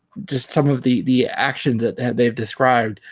just some of the the actions that they've described